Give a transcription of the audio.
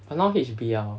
but now H_B_L